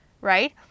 right